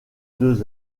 deux